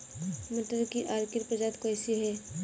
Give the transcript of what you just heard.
मटर की अर्किल प्रजाति कैसी है?